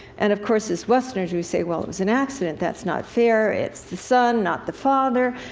and, of course, as westerners, we say, well, it was an accident. that's not fair. it's the son, not the father.